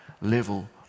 level